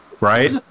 right